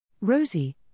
Rosie